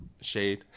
shade